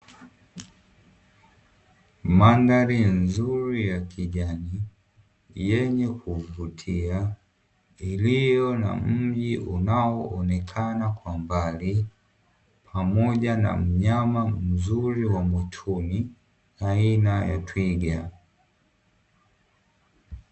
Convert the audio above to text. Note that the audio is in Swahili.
Mandhari nzuri ya kijani yenye kuvutia iliyo na mji unaoonekana kwa mbali, pamoja na mnyama mzuri wa mwituni aina ya twiga.